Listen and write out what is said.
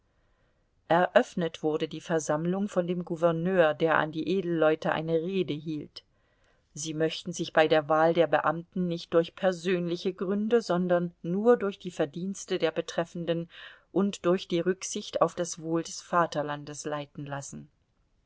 eröffnet wurde die versammlung von dem gouverneur der an die edelleute eine rede hielt sie möchten sich bei der wahl der beamten nicht durch persönliche gründe sondern nur durch die verdienste der betreffenden und durch die rücksicht auf das wohl des vaterlandes leiten lassen